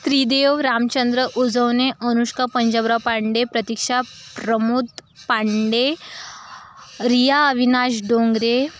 Tridev Ramchandra Ujawane Anushka Panjabrao Pande Pratiksha Pramod Pande Riya Avinash Dongre